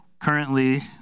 currently